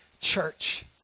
church